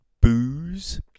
booze